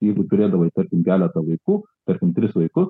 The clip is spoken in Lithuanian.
jeigu turėdavai tarkim keletą vaikų tarkim tris vaikus